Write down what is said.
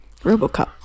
Robocop